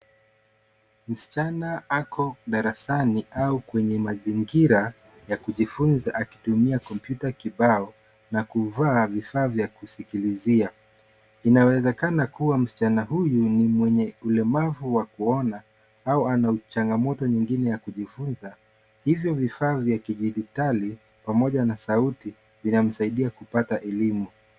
Msichana ako darasani au kwenye mazingira ya kujifunza akitumia kompyuta kibao na kuvaa vifaa vya kusikilizia. Inawezekana kuwa msichana huyu ni mwenye ulemavu wa kuona au ana changamoto nyingine ya kujifunza. Hivyo vifaa vya kidijitali pamoja na sauti, inamsaidia kupata elimu.